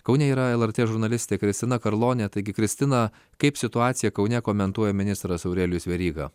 kaune yra lrt žurnalistė kristina karlonė taigi kristina kaip situaciją kaune komentuoja ministras aurelijus veryga